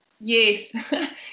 Yes